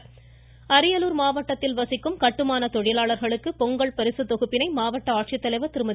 இருவரி அரியலூர் மாவட்டத்தில் வசிக்கும் கட்டுமான தொழிலாளர்களுக்கு பொங்கல் பரிசுத் தொகுப்பினை மாவட்ட ஆட்சித்தலைவர் திருமதி